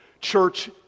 church